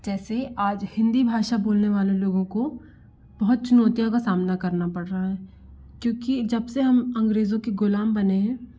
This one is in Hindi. जैसे आज हिन्दी भाषा बोलने वाले लोगों को बहुत चुनौतियों का सामना करना पड़ रहा है क्योंकि जब से हम अंग्रेज़ों के ग़ुलाम बने हैं